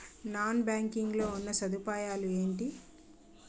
Non banking లో ఉన్నా సదుపాయాలు ఎంటి?